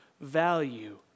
value